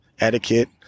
etiquette